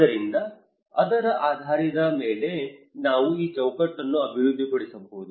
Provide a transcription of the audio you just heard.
ಆದ್ದರಿಂದ ಅದರ ಆಧಾರದ ಮೇಲೆ ನಾವು ಈ ಚೌಕಟ್ಟನ್ನು ಅಭಿವೃದ್ಧಿಪಡಿಸಬಹುದು